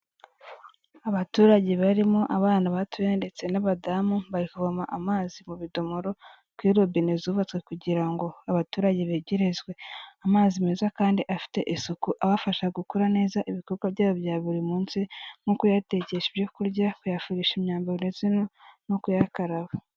Abaturage barimo abana batuye ndetse n'abadamu ba kuvoma amazi mu bidomoro kurirobene zubatswe kugira ngo abaturage begerezwe amazi meza kandi afite isuku abafasha gukura neza ibikorwa byabo bya buri munsi nko kuyatekesha ibyo kurya, bayafurisha imyambaro, ndetse no kuyakaraba.